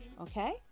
Okay